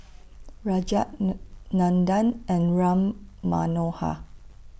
Rajat Nor Nandan and Ram Manohar